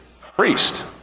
priest